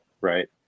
right